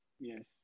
Yes